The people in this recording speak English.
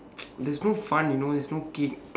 there's no fun you know there's no kick